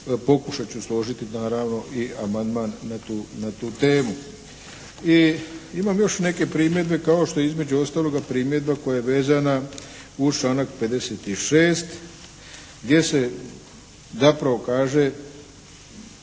Pokušat ću složiti naravno i amandman na tu temu. I imam još neke primjedbe kao što je između ostaloga primjedba koja je vezana uz članak 56. gdje se zapravo kaže